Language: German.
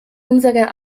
unserer